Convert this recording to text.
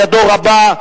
ידו רבה,